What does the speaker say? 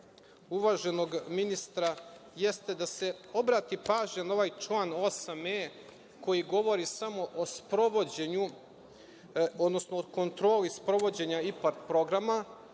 uvaženog ministra, jeste da se obrati pažnja na ovaj član 8e, koji govori samo o sprovođenju, odnosno o kontroli sprovođenja IPARD programa,